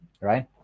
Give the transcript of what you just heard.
right